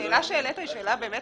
השאלה שהעליתם היא באמת